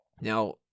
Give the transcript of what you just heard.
Now